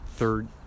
Third